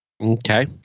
Okay